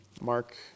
Mark